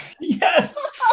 yes